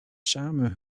samen